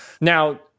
Now